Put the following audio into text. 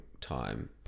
time